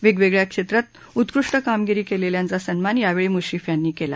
वेगवेगळया क्षेत्रात उत्कृष्ट कामगिरी केलेल्यांचा सन्मान यावेळी मुश्रीफ यांनी केला